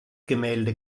gemälde